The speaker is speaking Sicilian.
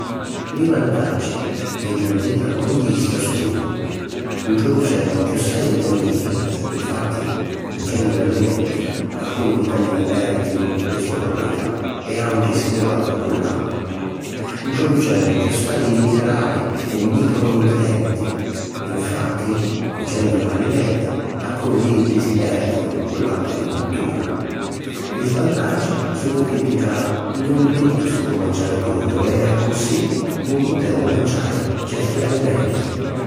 Li vantaggi di na dieta crudista sunnu: ntroducemu chiossai vitamini (infatti, cucennu l'alimenti, alcuni vitamini pèrdinu li so' propietà e àutri si nni vannu cu l'acqua); ntroducemu chiossai minerali e micro-nutrenti (infatti, cucennu l'alimenti, alcuni di iddi si pèrdinu cu l'acqua di cuttura); li svantaggi sunnu chiddi ca non tuttu si po manciari crudu e, accussì, nun putemu manciari certi alimenti.